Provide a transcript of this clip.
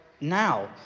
now